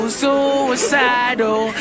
suicidal